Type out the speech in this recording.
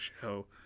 show –